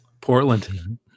Portland